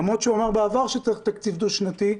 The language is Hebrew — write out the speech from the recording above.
למרות שהוא אמר בעבר שצריך תקציב דו-שנתי,